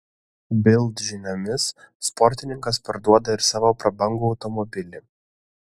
bild žiniomis sportininkas parduoda ir savo prabangų automobilį